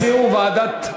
תצפי.